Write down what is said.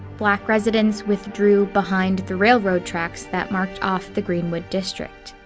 black residents withdrew behind the railroad tracks that marked off the greenwood district.